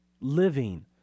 living